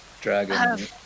dragon